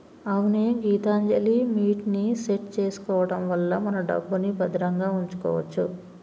అవునే గీతాంజలిమిట్ ని సెట్ చేసుకోవడం వల్ల మన డబ్బుని భద్రంగా ఉంచుకోవచ్చు